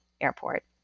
Airport